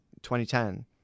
2010